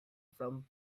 from